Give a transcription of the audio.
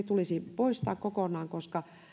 tulisi poistaa kokonaan koska